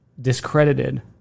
discredited